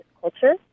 culture